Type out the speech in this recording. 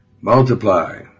Multiply